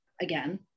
again